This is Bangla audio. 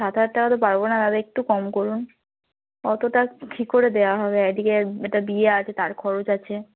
সাত হাজার টাকা তো পারবো না দাদা একটু কম করুন অতোটা কী করে দেওয়া হবে এক দিকে একটা বিয়ে আছে তার খরচ আছে